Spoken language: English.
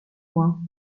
wall